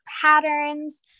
patterns